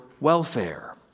welfare